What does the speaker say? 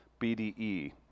BDE